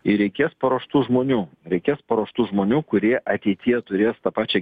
ir reikės paruoštų žmonių reikės paruoštų žmonių kurie ateityje turės tą pačią